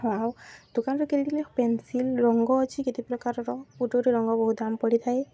ଆଉ ଦୋକାନରୁ କିଣିଥିଲି ପେନ୍ସିଲ୍ ରଙ୍ଗ ଅଛି କେତେ ପ୍ରକାରର ଗୋଟେ ଗୋଟେ ରଙ୍ଗ ବହୁତ ଦମ୍ ପଡ଼ିଥାଏ